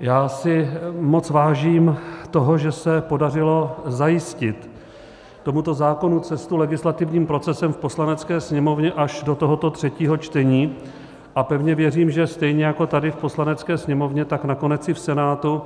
Já si moc vážím toho, že se podařilo zajistit tomuto zákonu cestu legislativním procesem v Poslanecké sněmovně až do tohoto třetího čtení, a pevně věřím, že stejně jako tady v Poslanecké sněmovně, tak nakonec i v Senátu